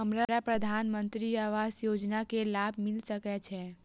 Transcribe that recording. हमरा प्रधानमंत्री आवास योजना के लाभ मिल सके छे?